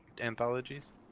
anthologies